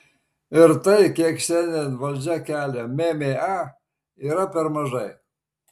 ir tai kiek šiandien valdžia kelia mma yra per mažai